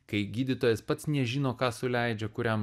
kai gydytojas pats nežino ką suleidžia kuriam